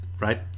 right